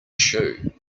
shoe